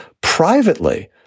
privately